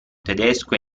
tedesco